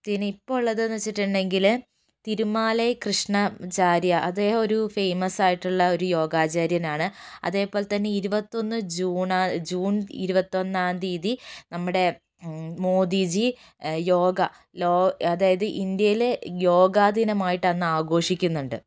പിന്നെ ഇപ്പോൾ ഉള്ളതെന്ന് വെച്ചിട്ടുണ്ടെങ്കില് തിരുമാലൈ കൃഷ്ണാചാര്യ അദ്ദേഹം ഒരു ഫേമസ് ആയിട്ടുള്ള ഒരു യോഗാചാര്യനാണ് അതേപോലെത്തന്നെ ഇരുപത്തിയൊന്ന് ജൂണ ജൂൺ ഇരുപത്തൊന്നാം തിയതി നമ്മുടെ മോദിജി യോഗ ലോ അതായത് ഇന്ത്യയിലെ യോഗാദിനമായിട്ട് അന്ന് ആഘോഷിക്കുന്നുണ്ട്